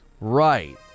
Right